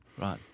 Right